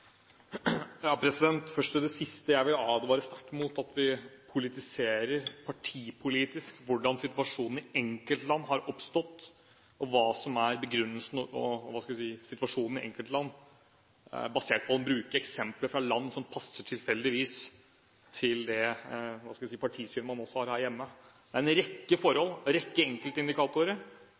Først til det siste: Jeg vil advare sterkt mot at vi politiserer, partipolitisk, hvordan situasjonen i enkeltland har oppstått, og hva som er begrunnelsen for situasjonen i enkeltland, basert på eksempler fra land som tilfeldigvis passer til det partisyn man også har her hjemme. Det er en rekke forhold, en rekke